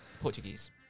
Portuguese